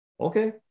okay